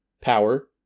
power